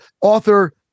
author